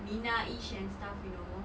minahish and stuff you know